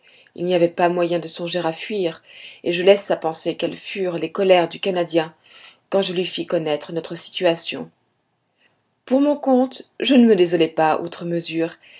il n'y avait pas moyen de songer à fuir et je laisse à penser quelles furent les colères du canadien quand je lui fis connaître notre situation pour mon compte je ne me désolai pas outre mesure